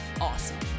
awesome